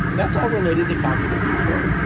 that's all related to cognitive control.